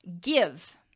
Give